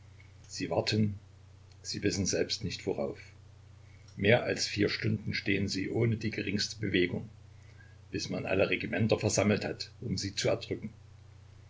sie warten sie wissen selbst nicht worauf mehr als vier stunden stehen sie so ohne die geringste bewegung bis man alle regimenter versammelt hat um sie zu erdrücken